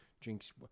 drinks